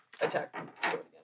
attack